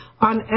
on